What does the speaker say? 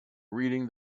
reading